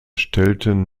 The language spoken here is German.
stellten